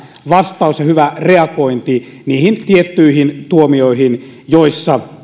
vastaus ja hyvä reagointi niihin tiettyihin tuomioihin joissa